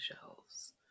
shelves